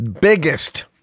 biggest